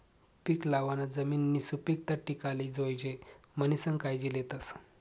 पीक लावाना जमिननी सुपीकता टिकाले जोयजे म्हणीसन कायजी लेतस